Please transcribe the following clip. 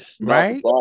right